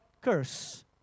curse